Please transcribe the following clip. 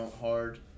hard